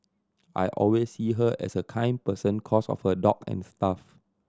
I always see her as a kind person cos of her dog and stuff